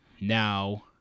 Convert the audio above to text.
now